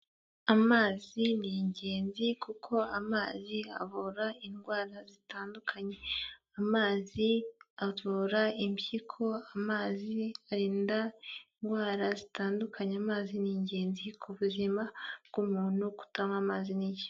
Amazi ni ingenzi kuko amazi avura indwara zitandukanye, amazi avura impyiko, amazi arinda indwara zitandukanye, amazi ni ingenzi ku buzima bw'umuntu kutanywa amazi.